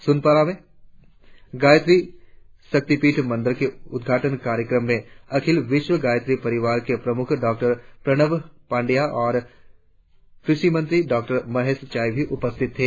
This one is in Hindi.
सुनपारा के गायत्री शक्तिपीठ मंदिर के उद्घाटन कार्यक्रम में अखिल विश्व गायत्री परिवार के प्रमुख डॉ प्रणव पंड्या और कृषि मंत्री डॉ मोहेश चाई भी उपस्थित थे